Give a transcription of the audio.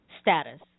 status